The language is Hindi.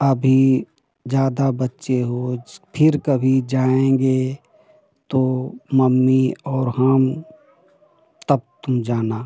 अभी ज़्यादा बच्चे हो फिर कभी जाएंगे तो मम्मी और हम तब तुम जाना